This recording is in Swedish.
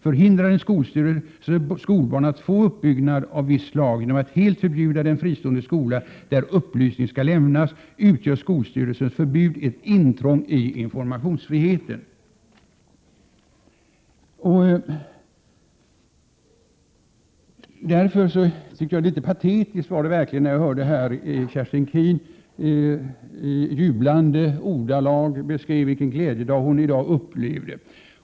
Förhindrar en skolstyrelse skolbarn att få upplysningar av visst slag genom att helt förbjuda den fristående skola där upplysningen skall lämnas, utgör skolstyrelsens förbud ett intrång i informationsfriheten.” Jag tycker därför att det var litet patetiskt att här höra Kerstin Keen i jublande ordalag beskriva vilken glädjedag hon i dag upplever.